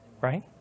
right